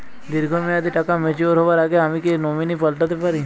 দীর্ঘ মেয়াদি টাকা ম্যাচিউর হবার আগে আমি কি নমিনি পাল্টা তে পারি?